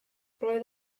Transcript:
roedd